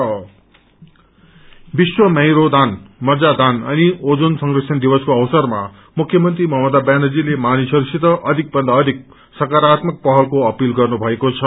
bone marrow विश्व marrow दान अनि ओजन संरक्षण दिवसको अवसरमा मुख्यमंत्री ममता व्यानर्जीले मानिसहरूसित अधिक भन्दा अधिक सकरात्मक पहलको अपील गर्नु भएको छ